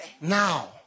Now